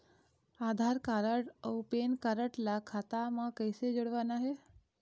आधार card अऊ PAN card ला खाता म कइसे जोड़वाना हे?